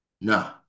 No